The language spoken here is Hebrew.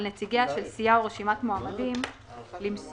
על נציגיה של סיעה או רשימת מועמדים למסור